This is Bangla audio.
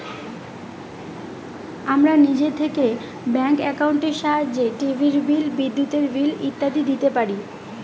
আমরা নিজে থেকে ব্যাঙ্ক একাউন্টের সাহায্যে টিভির বিল, বিদ্যুতের বিল ইত্যাদি দিতে পারি